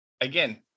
Again